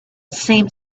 seemed